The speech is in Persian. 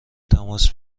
تماس